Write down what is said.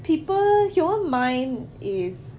people human mind is